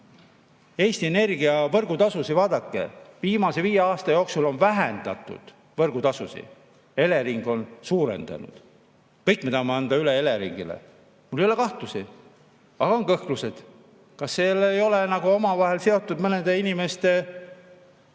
Eesti Energia võrgutasusid, viimase viie aasta jooksul on nad vähendanud võrgutasusid. Elering on suurendanud. Kõik me tahame anda üle Eleringile. Mul ei ole kahtlusi, aga on kõhklused. Kas seal ei ole jälle omavahel seotud mõnede inimeste omavahelised